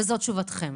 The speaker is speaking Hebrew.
וזאת תשובתכם.